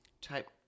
type